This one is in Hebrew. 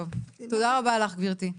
רבה לך, גברתי.